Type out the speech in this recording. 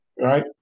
Right